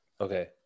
Okay